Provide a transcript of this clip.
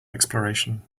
exploration